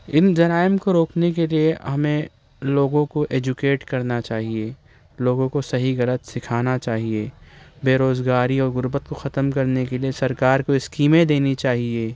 ان جرائم کو روکنے کے لئے ہمیں لوگوں کو ایجوکیٹ کرنا چاہئے لوگوں کو صحیح غلط سکھانا چاہئے بےروزگاری اور غربت کو ختم کرنے کے لئے سرکار کو اسکیمیں دینی چاہئے